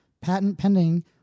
patent-pending